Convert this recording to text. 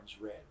red